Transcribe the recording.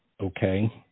okay